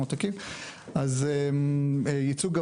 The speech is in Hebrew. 15. אבל אם יש חוק שחוקק בכנסת